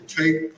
take